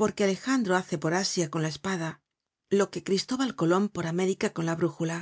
porque alejandro hace por asia con la espada lo que cristóbal colon por américa con la brújula